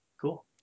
cool